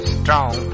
strong